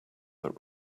that